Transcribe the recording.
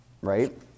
right